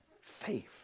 faith